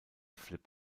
flip